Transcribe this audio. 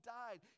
died